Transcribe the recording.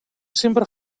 sempre